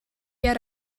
yet